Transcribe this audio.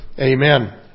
Amen